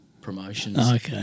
promotions